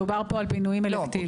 מדובר פה על פינויים אלקטיביים.